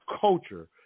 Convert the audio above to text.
culture